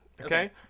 Okay